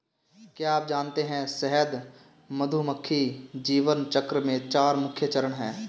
क्या आप जानते है शहद मधुमक्खी जीवन चक्र में चार मुख्य चरण है?